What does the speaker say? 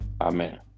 Amen